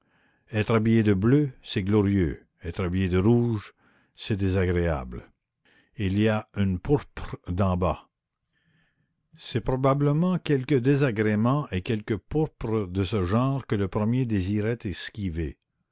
être habillé de bleu c'est glorieux être habillé de rouge c'est désagréable il y a une pourpre d'en bas c'est probablement quelque désagrément et quelque pourpre de ce genre que le premier désirait esquiver